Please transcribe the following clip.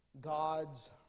God's